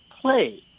play